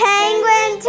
Penguin